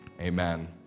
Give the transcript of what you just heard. amen